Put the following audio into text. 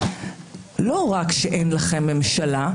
לא רק שאין לכם ממשלה,